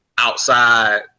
outside